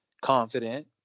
confident